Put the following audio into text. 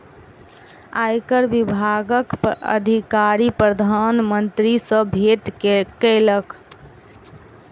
आयकर विभागक अधिकारी प्रधान मंत्री सॅ भेट केलक